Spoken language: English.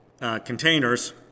containers